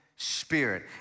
Spirit